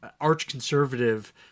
arch-conservative